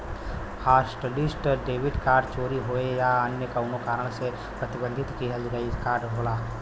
hotlist debit card चोरी होये या अन्य कउनो कारण से प्रतिबंधित किहल कार्ड होला